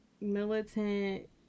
militant